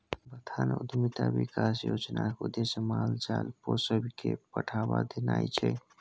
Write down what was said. बथान उद्यमिता बिकास योजनाक उद्देश्य माल जाल पोसब केँ बढ़ाबा देनाइ छै